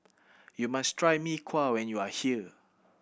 you must try Mee Kuah when you are here